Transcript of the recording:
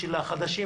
בשביל החדשים,